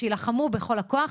שיילחמו בכל הכוח.